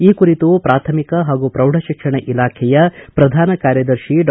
ಈ ಕುರಿತು ಪ್ರಾಥಮಿಕ ಹಾಗೂ ಪ್ರೌಢ ಶಿಕ್ಷಣ ಇಲಾಖೆಯ ಪ್ರಧಾನ ಕಾರ್ಯದರ್ಶಿ ಡಾ